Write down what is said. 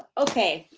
okay.